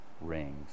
rings